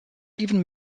even